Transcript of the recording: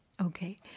Okay